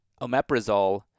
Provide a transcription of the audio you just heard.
omeprazole